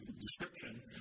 description